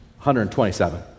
127